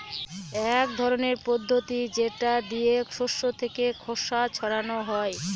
এক ধরনের পদ্ধতি যেটা দিয়ে শস্য থেকে খোসা ছাড়ানো হয়